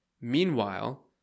Meanwhile